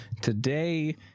Today